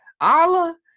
Allah